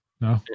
No